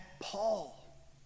Paul